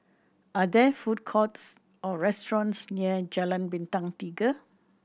are there food courts or restaurants near Jalan Bintang Tiga